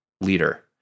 Leader